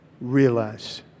realize